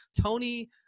Tony